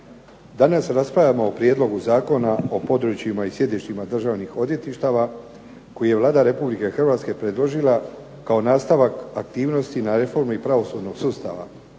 Danas raspravljamo o Prijedlogu zakona o područjima i sjedištima državnih odvjetništava koji je Vlada Republike Hrvatske predložila kao nastavak aktivnosti na reformu pravosudnog sustava,